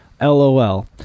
lol